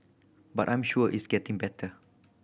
but I'm sure it's getting better